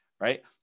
Right